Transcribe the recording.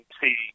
see